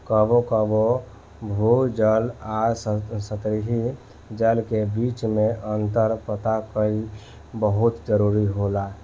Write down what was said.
कबो कबो भू जल आ सतही जल के बीच में अंतर पता कईल बहुत जरूरी हो जाला